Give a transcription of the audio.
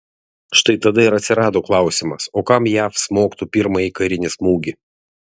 štai tada ir atsirado klausimas o kam jav smogtų pirmąjį karinį smūgį